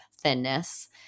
thinness